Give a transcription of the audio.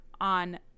on